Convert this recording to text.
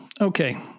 Okay